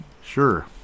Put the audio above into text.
sure